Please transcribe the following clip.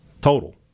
total